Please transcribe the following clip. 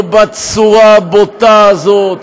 לא בצורה הבוטה הזאת,